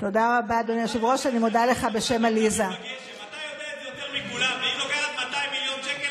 אני אגיד בדיוק על מה הולך הכסף הזה,